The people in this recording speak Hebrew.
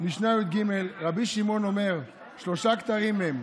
משנה י"ג: "ר' שמעון אומר: שלושה כתרים הם: